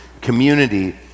community